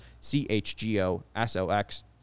C-H-G-O-S-O-X